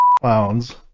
clowns